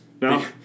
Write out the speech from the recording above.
No